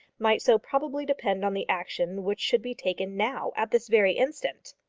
might so probably depend on the action which should be taken, now, at this very instant!